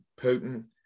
Putin